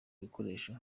bikoresho